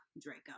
Draco